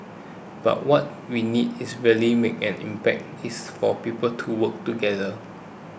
but what we need is really make an impact is for people to work together